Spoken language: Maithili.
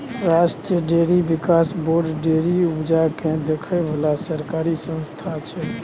राष्ट्रीय डेयरी बिकास बोर्ड डेयरी उपजा केँ देखै बला सरकारी संस्था छै